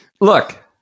look